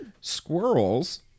Squirrels